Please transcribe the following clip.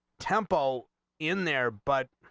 temple in their but